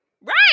Right